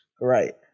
Right